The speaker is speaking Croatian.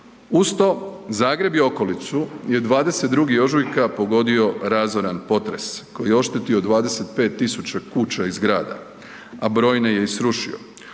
Uz to Zagreb i okolicu je 22. ožujka pogodio razoran potres koji je oštetio 25.000 kuća i zgrada, a brojne je i srušio